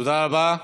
תודה רבה.